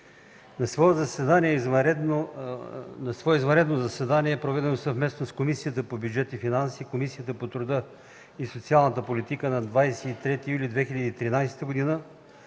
На свое извънредно заседание, проведено съвместно с Комисията по бюджет и финанси и Комисията по труда и социалната политика на 23 юли 2013 г.,